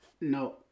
No